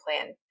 plan